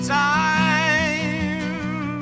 time